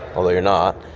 although you're not.